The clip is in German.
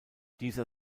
dieser